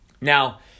Now